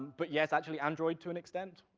but yes, actually android to an extent.